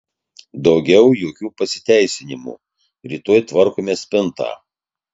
daugiau jokių pasiteisinimų rytoj tvarkome spintą